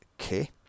Okay